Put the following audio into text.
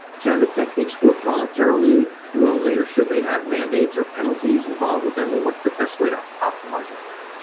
can the techniques work voluntarily? will they or should they have mandates or penalties involved with them? what's the best way to optimize all that?